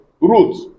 roots